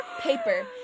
Paper